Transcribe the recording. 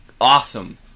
awesome